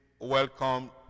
welcome